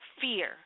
fear